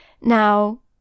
Now